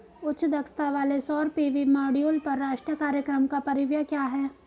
उच्च दक्षता वाले सौर पी.वी मॉड्यूल पर राष्ट्रीय कार्यक्रम का परिव्यय क्या है?